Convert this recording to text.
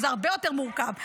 וזה הרבה יותר מורכב.